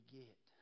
get